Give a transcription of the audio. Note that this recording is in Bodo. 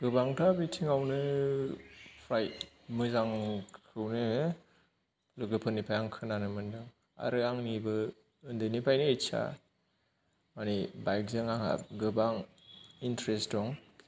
गोबांथा बिथिंआवनो फ्राय मोजांखौनो लोगोफोरनिफ्राय आं खोनानो मोनदों आरो आंनिबो उन्दैनिफ्रायनो इस्सा माने बाइकजों आंहा गोबां इन्तारेस्त दं